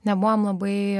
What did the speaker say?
nebuvom labai